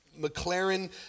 McLaren